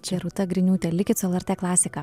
čia rūta griniūtė likit su elert klasika